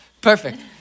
perfect